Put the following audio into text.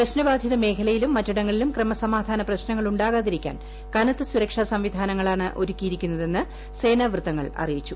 പ്രശ്നബാധിത മേഖലയിലും മറ്റിടങ്ങളിലും ക്രമസമാധാന പ്രശ്നങ്ങളുണ്ടാകാതിരിക്കാൻ കനത്ത സുരക്ഷാ സംവിധാനങ്ങളാണ് ഒരുക്കിയിരിക്കുന്നതെന്ന് സേനാ വൃത്തങ്ങൾ അറിയിച്ചു